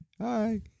Hi